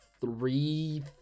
three